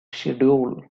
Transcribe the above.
schedule